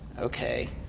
Okay